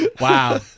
Wow